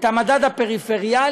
את המדד הפריפריאלי,